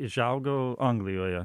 užaugo anglijoje